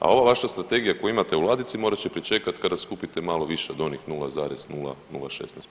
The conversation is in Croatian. A ova vaša strategija koju imate u ladici, morat će pričekati kada skupite malo više od onih 0,0016%